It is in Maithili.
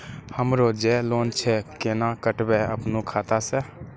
हमरो जे लोन छे केना कटेबे अपनो खाता से?